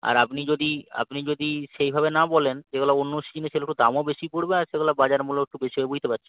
আর আপনি যদি আপনি যদি সেইভাবে না বলেন সেগুলো অন্য সিজিনের সেগুলো দামও বেশি পড়বে আর সেগুলা বাজার মূল্যও একটু বেশি হবে বুঝতে পারছেন